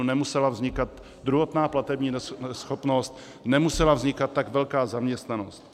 Nemusela vznikat druhotná platební neschopnost, nemusela vznikat tak velká zaměstnanost.